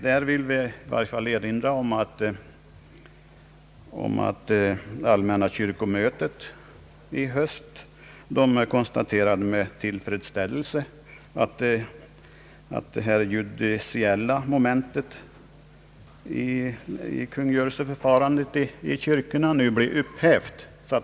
Jag vill erinra om att allmänna kyrkomötet i höst med tillfredsställelse konstaterade att det judiciella momentet i kungörelseförfarandet i kyrkorna nu blir upphävt.